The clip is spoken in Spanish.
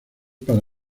para